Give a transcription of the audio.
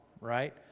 right